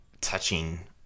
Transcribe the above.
touching